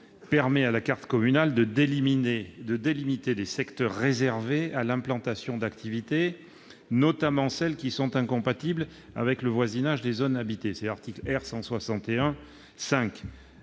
permet à la carte communale de délimiter des secteurs réservés à l'implantation d'activités, « notamment celles qui sont incompatibles avec le voisinage des zones habitées ». La délimitation